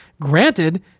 Granted